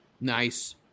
Nice